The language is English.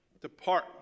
Depart